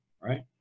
right